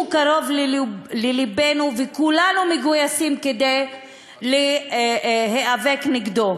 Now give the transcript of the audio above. קרוב ללבנו וכולנו מגויסים כדי להיאבק נגדו.